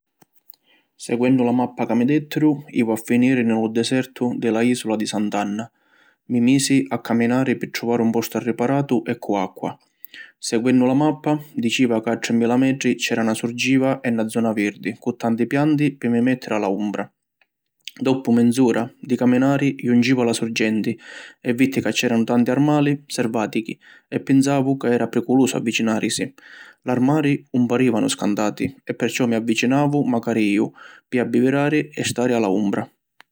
Seguennu la mappa ca mi dettiru, jivu a finiri ni lu desertu di la isula di Sant’Anna. Mi misi a caminari pi truvari un postu arriparatu e cu acqua. Seguennu la mappa, diciva ca a trimila metri c’era na surgiva e na zona virdi cu tanti pianti pi mi mettiri a la umbra. Doppu menz’ura di caminari juncivu a la surgenti e vitti ca c’eranu tanti armali servatichi e pinsavu ca era priculusu avvicinarisi. L’armali 'un parivanu scantati e perciò mi avvicinavu macari iu pi abbivirari e stari a la umbra.